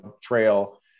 trail